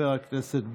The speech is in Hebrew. חבר הכנסת בוסו.